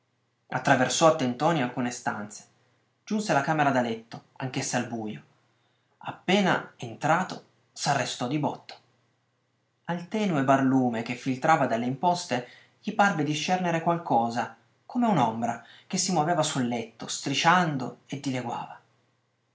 attraversò a tentoni alcune stanze giunse alla camera da letto anch'essa al bujo appena entrato s'arrestò di botto al tenue barlume che filtrava dalle imposte gli parve di scernere qualcosa come un'ombra che si moveva sul letto strisciando e dileguava